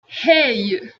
hey